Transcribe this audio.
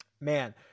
man